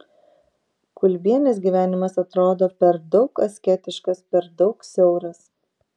kulbienės gyvenimas atrodo per daug asketiškas per daug siauras